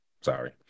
sorry